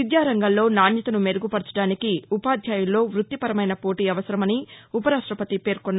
విద్యారంగంలో నాణ్యతను మెరుగు పరచడానికి ఉపాధ్యాయుల్లో వృత్తి పరమైన పోటీ అవసరమని ఉపరాష్టపతి పేర్కొన్నారు